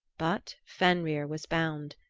but fenrir was bound.